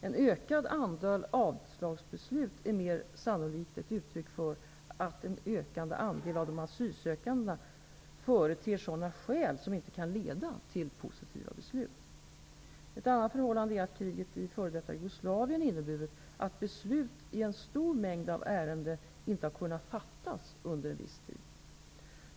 En ökad andel avslagsbeslut är mer sannolikt ett uttryck för att en ökande andel av de asylsökande företer sådana skäl som inte kan leda till positiva beslut. Ett annat förhållande är att kriget i f.d. Jugoslavien inneburit att beslut i en stor mängd ärenden inte har kunnat fattas under en viss tid.